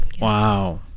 Wow